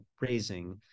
raising